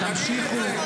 תמשיכו.